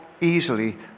easily